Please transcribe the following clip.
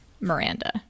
Miranda